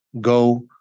go